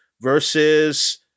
versus